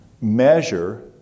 Measure